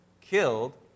killed